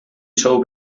sou